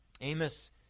Amos